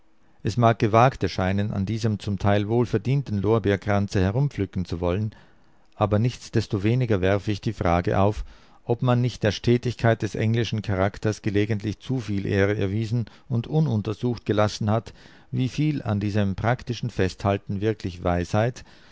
es mag gewagt erscheinen an diesem zum teil wohlverdienten lorbeerkranze herumpflücken zu wollen aber nichtsdestoweniger werf ich die frage auf ob man nicht der stetigkeit des englischen charakters gelegentlich zu viel ehre erwiesen und ununtersucht gelassen hat wie viel an diesem praktischen festhalten wirklich weisheit